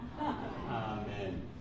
Amen